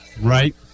right